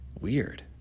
Weird